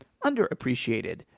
underappreciated